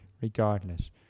regardless